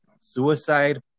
suicide